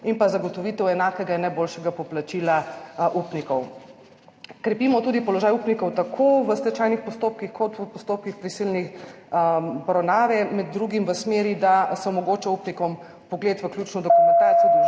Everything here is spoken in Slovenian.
in zagotovitev enakega in najboljšega poplačila upnikov. Krepimo tudi položaj upnikov tako v stečajnih postopkih kot v postopkih prisilne poravnave, med drugim v smeri, da se omogoča upnikom vpogled v ključno dokumentacijo